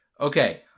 Okay